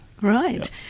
Right